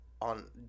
on